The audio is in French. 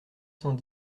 cent